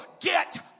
get